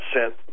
sent